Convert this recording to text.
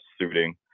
suiting